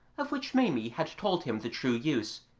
of which maimie had told him the true use,